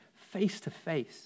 face-to-face